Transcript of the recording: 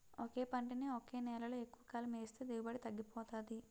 ఒకే పంటని ఒకే నేలలో ఎక్కువకాలం ఏస్తే దిగుబడి తగ్గిపోతాది